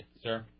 Sir